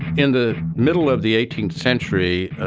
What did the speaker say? in the middle of the eighteenth century,